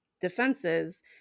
defenses